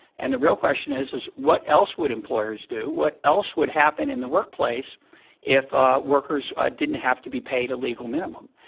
and the real question is, what else would employers do? what else would happen in the workplace if ah workers ah didn't have to be paid a legal minimum?